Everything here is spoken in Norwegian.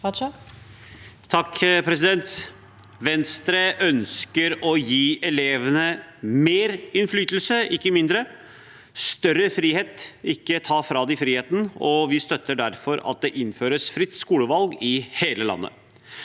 (V) Venstre ønsker å gi eleve- ne mer innflytelse, ikke mindre, større frihet, ikke å ta fra dem friheten, og vi støtter derfor at det innføres fritt skolevalg i hele landet.